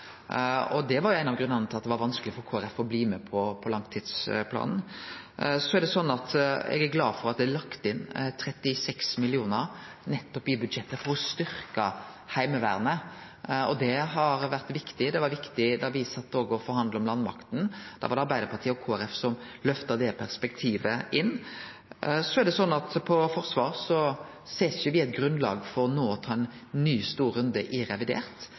Det var ein av grunnane til at det var vanskeleg for Kristeleg Folkeparti å bli med på langtidsplanen. Så er det sånn at eg er glad for at det er lagt inn 36 mill. kr i budsjettet, nettopp for å styrkje Heimevernet. Det har vore viktig. Det var òg viktig da me sat og forhandla om landmakta. Da var det Arbeidarpartiet og Kristeleg Folkeparti som løfta det perspektivet inn. Me ser ikkje grunnlag for no å ta ein ny stor runde i revidert